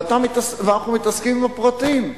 ואנחנו מתעסקים עם הפרטים.